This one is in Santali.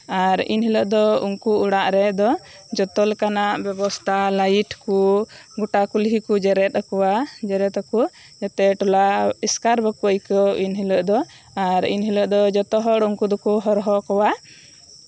ᱟᱨ ᱤᱱᱦᱤᱞᱳᱜ ᱫᱚ ᱩᱱᱠᱩ ᱚᱲᱟᱜ ᱨᱮᱫᱚ ᱡᱚᱛᱚ ᱞᱮᱠᱟᱱᱟᱜ ᱵᱮᱵᱚᱥᱛᱷᱟ ᱞᱟᱭᱤᱴ ᱠᱚ ᱜᱳᱴᱟ ᱠᱩᱞᱦᱤ ᱠᱚ ᱡᱮᱨᱮᱫ ᱟᱠᱚᱣᱟ ᱡᱮᱨᱮᱫ ᱟᱠᱚ ᱡᱟᱛᱮ ᱴᱚᱞᱟ ᱮᱥᱠᱟᱨ ᱵᱟᱠᱚ ᱟᱹᱭᱠᱟᱹᱣ ᱮᱱᱦᱤᱞᱳᱜ ᱫᱚ ᱮᱱᱦᱤᱞᱳᱜ ᱫᱚ ᱡᱚᱛᱚ ᱦᱚᱲ ᱩᱱᱠᱩ ᱫᱚᱠᱚ ᱦᱚᱨᱦᱚ ᱠᱚᱣᱟ